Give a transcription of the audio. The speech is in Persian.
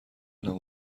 الان